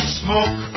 smoke